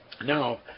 Now